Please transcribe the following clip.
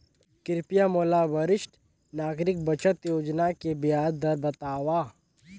कृपया मोला वरिष्ठ नागरिक बचत योजना के ब्याज दर बतावव